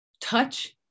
touch